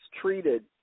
treated